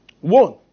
One